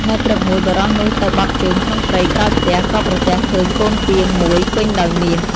នៅព្រឹកមួយ បុរសនោះទៅបត់ជើងក្នុងព្រៃក្រោយផ្ទះ ក៏ប្រទះឃើញកូនពាងមួយពេញដោយមាស។